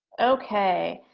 okay.